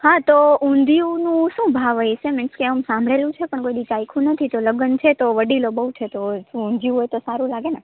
હા તો ઊંધિયુંનું શું ભાવ હશે મિન્સ કે આમ સાંભળેલું છે પણ કોય દીચસ ચાખ્યું નથી તો લગ્ન છે તો વડીલો બહુ છે તો ઊંધિયું હોય તો સારું લાગેને